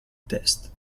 test